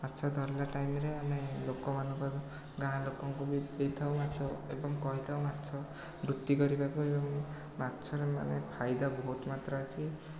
ମାଛ ଧରିଲା ଟାଇମ୍ରେ ଆମେ ଲୋକମାନଙ୍କର ଗାଁ ଲୋକଙ୍କୁ ବି ଦେଇଥାଉ ମାଛ ଏବଂ କହିଥାଉ ମାଛ ବୃତ୍ତି କରିବାକୁ ଏବଂ ମାଛରେ ମାନେ ଫାଇଦା ବହୁତ ମାତ୍ରାରେ ଅଛି